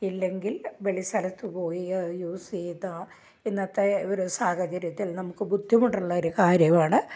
ഇല്ലെങ്കിൽ വെളി സ്ഥലത്ത് പോയിയോ യൂസ് ചെയ്താൽ ഇന്നത്തെ ഒര് സാഹചര്യത്തിൽ നമുക്ക് ബുദ്ധിമുട്ടുള്ള ഒര് കാര്യമാണ്